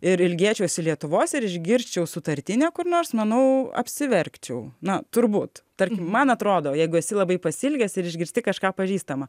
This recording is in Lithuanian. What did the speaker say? ir ilgėčiausi lietuvos ir išgirsčiau sutartinę kur nors manau apsiverkčiau na turbūt tarkim man atrodo jeigu esi labai pasiilgęs ir išgirsti kažką pažįstama